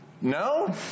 No